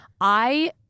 I-